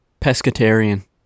pescatarian